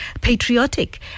patriotic